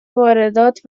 واردات